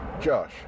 Josh